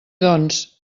doncs